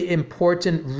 important